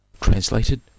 Translated